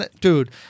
Dude